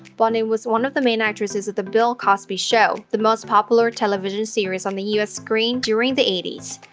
bonet was one of the main actresses of the bill cosby show the most popular television series on the us screen during the eighty s.